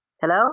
Hello